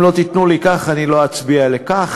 אם לא תיתנו לי כך לא אצביע לכך,